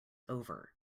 over